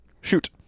Shoot